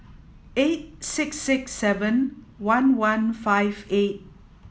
eight six six seven one one five eight